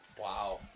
Wow